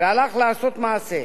והלך לעשות מעשה.